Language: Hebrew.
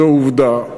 זו עובדה,